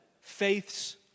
faith's